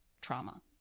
trauma